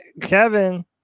Kevin